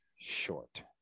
short